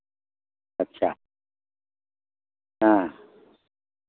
अच्छा हाँ